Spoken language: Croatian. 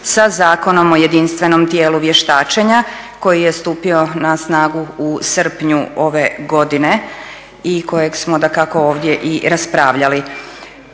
sa Zakonom o jedinstvenom tijelu vještačenja koji je stupio na snagu u srpnju ove godine i kojeg smo dakako ovdje i raspravljali.